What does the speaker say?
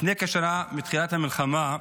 לפני כשנה, בתחילת המלחמה,